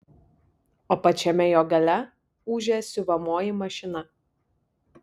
o pačiame jo gale ūžia siuvamoji mašina